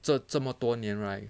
这这么多年 right